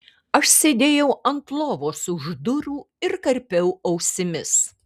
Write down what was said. aš sėdėjau ant lovos už durų ir karpiau ausimis